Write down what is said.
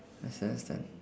understand understand